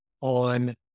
on